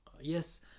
yes